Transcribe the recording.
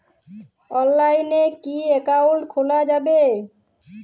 অনলাইনে কি অ্যাকাউন্ট খোলা যাবে?